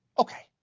okay.